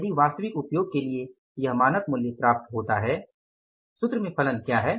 यदि वास्तविक उपयोग के लिए यह मानक मूल्य प्राप्त होता है सूत्र में फलन क्या है